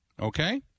Okay